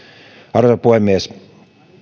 arvoisa puhemies